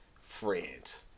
friends